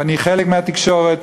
ואני חלק מהתקשורת,